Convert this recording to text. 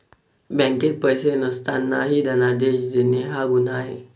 बँकेत पैसे नसतानाही धनादेश देणे हा गुन्हा आहे